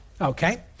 Okay